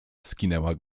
skinęła